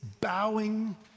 bowing